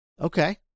Okay